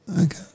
Okay